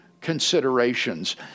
considerations